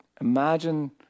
Imagine